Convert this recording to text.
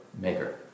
maker